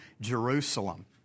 Jerusalem